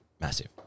Massive